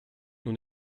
nun